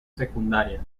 secundaria